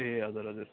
ए हजुर हजुर